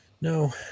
No